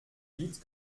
vite